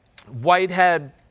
Whitehead